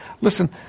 Listen